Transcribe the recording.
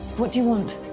what do you want?